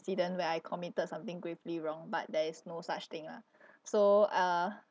~cident where I committed something gravely wrong but there is no such thing lah so uh